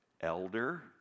elder